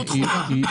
בוררות חובה.